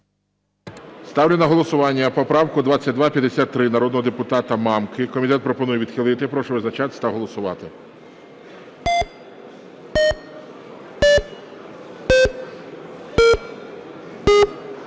Ставлю на голосування поправку 2253 народного депутата Мамки. Комітет пропонує відхилити. Прошу визначатися та голосувати.